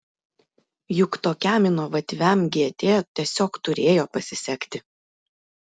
juk tokiam inovatyviam gt tiesiog turėjo pasisekti